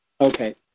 Okay